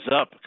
Up